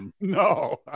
no